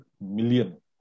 million